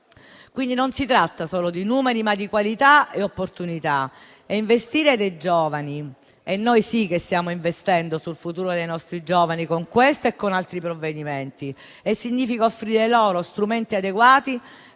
quindi, non solo di numeri, ma anche di qualità e opportunità e investire nei giovani - e noi sì che stiamo investendo sul futuro dei nostri giovani, con questo e con altri provvedimenti - significa offrire loro strumenti adeguati per